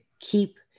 keep